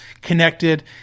connected